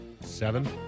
seven